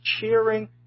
cheering